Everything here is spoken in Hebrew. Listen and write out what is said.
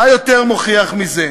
מה מוכיח יותר מזה?